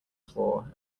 floor